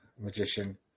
magician